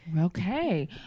Okay